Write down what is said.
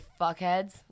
fuckheads